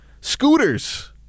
scooters